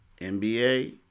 NBA